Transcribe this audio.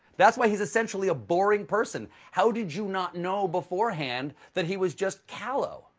that's why he's essentially a boring person. how did you not know beforehand that he was just hollow?